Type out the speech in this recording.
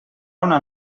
una